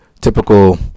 typical